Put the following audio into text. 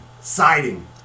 siding